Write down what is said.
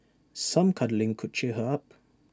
some cuddling could cheer her up